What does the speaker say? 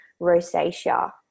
rosacea